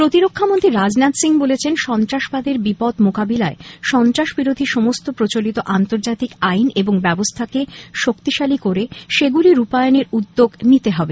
প্রতিরক্ষা মন্ত্রী রাজনাথ সিং বলেছেন সন্ত্রাসবাদের বিপদ মোকালবিলায় সন্ত্রাসবিরোধী সমস্ত প্রচলিত আন্তর্জাতিক আইন এবং ব্যবস্থাকে শক্তিশালী করে সেগুলি রূপায়নের উদ্যোগ নিতে হবে